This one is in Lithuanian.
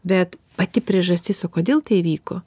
bet pati priežastis o kodėl tai įvyko